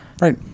Right